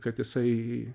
kad jisai